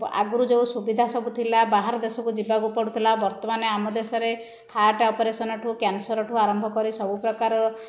ଆଗରୁ ଯେଉଁ ସୁବିଧା ସବୁ ଥିଲା ବାହାର ଦେଶକୁ ଯିବାକୁ ପଡ଼ୁଥିଲା ବର୍ତ୍ତମାନ ଆମ ଦେଶରେ ହାର୍ଟ ଅପରେସନ ଠାରୁ କ୍ୟାନ୍ସର ଠାରୁ ଆରମ୍ଭ କରି ସବୁ ପ୍ରକାରର